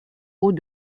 haut